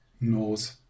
knows